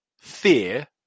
fear